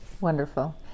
Wonderful